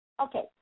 Okay